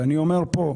אני אומר פה,